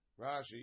Rashi